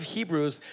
Hebrews